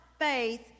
faith